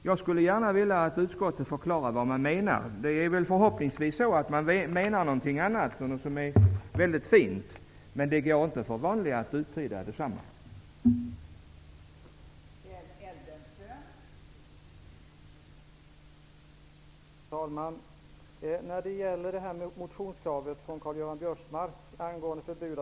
Jag skulle gärna vilja att utskottet förklarar vad som menas. Förhoppningsvis menar man väl något annat, något som är bra. Men det går inte för vanliga människor att uttyda det.